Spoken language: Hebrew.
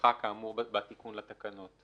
הדרכה כאמור בתיקון לתקנות?